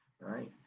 Right